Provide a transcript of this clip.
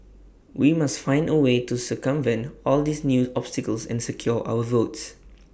we must find A way to circumvent all these new obstacles and secure our votes